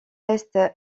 est